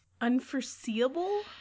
Unforeseeable